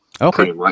Okay